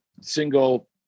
single